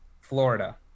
Florida